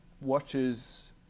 watches